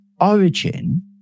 origin